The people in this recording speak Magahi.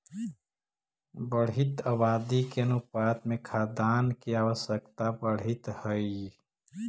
बढ़ीत आबादी के अनुपात में खाद्यान्न के आवश्यकता बढ़ीत हई